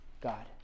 God